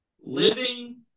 living